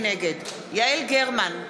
נגד יעל גרמן,